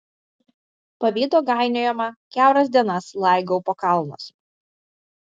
pavydo gainiojama kiauras dienas laigau po kalnus